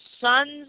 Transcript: sons